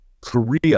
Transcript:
Korea